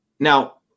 Now